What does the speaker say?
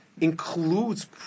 includes